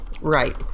Right